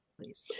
please